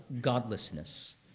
godlessness